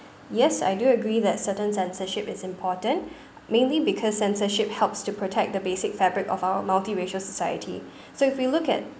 yes I do agree that certain censorship is important mainly because censorship helps to protect the basic fabric of our multiracial society so if we look at